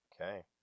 Okay